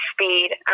speed